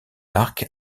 arc